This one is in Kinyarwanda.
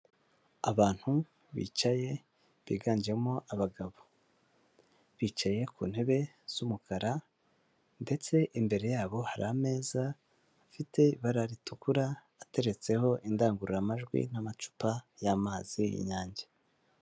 Abantu bicaye biganjemo abagabo bicaye ku ntebe z'umukara ndetse imbere yabo hari ameza afite ibara ritukura ateretseho indangururamajwi n'amacupa y'amazi y'inyange.